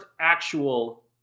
actual